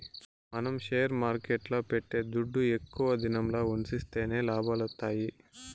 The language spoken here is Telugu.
మనం షేర్ మార్కెట్ల పెట్టే దుడ్డు ఎక్కువ దినంల ఉన్సిస్తేనే లాభాలొత్తాయి